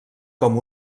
com